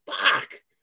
fuck